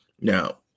Now